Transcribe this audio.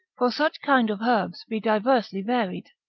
for such kind of herbs be diversely varied.